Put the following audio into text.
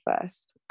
first